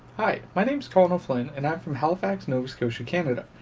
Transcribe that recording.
hi my name is colin flynn and i'm from halifax nova scotia, canada.